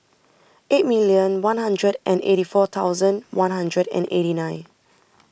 eight million one hundred and eighty four thousand one hundred and eighty nine